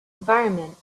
environment